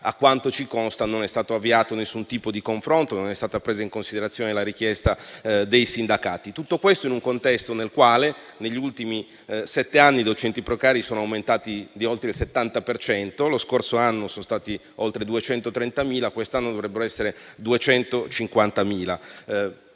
A quanto ci consta, non è stato avviato alcun tipo di confronto e non è stata presa in considerazione la richiesta dei sindacati. Tutto questo avviene in un contesto nel quale, negli ultimi sette anni, i docenti precari sono aumentati di oltre il 70 per cento: lo scorso anno sono stati oltre 230.000 e quest'anno dovrebbero essere 250.000.